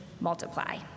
multiply